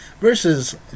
versus